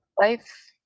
Life